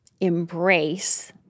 embrace